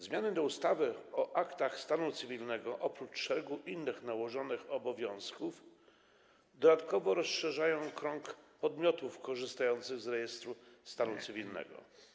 Zmiany do ustawy o aktach stanu cywilnego oprócz szeregu innych nałożonych obowiązków dodatkowo rozszerzają krąg podmiotów korzystających z rejestru stanu cywilnego.